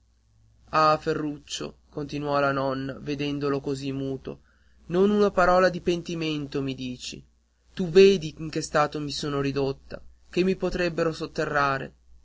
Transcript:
ah ferruccio continuò la nonna vedendolo così muto non una parola di pentimento mi dici tu vedi in che stato mi trovo ridotta che mi potrebbero sotterrare